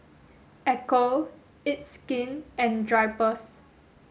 Ecco it's Skin and Drypers